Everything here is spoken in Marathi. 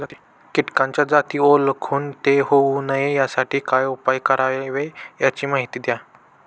किटकाच्या जाती ओळखून ते होऊ नये यासाठी काय उपाय करावे याची माहिती द्या